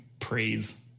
praise